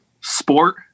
sport